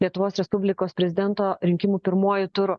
lietuvos respublikos prezidento rinkimų pirmuoju turu